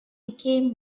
became